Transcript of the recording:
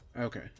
okay